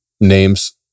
names